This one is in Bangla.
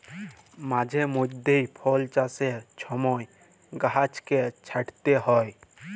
মাঝে মইধ্যে ফল চাষের ছময় গাহাচকে ছাঁইটতে হ্যয়